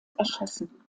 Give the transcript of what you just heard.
erschossen